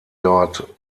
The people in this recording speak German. dort